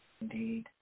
Indeed